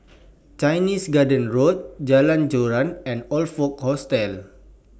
Chinese Garden Road Jalan Joran and Oxford Hotel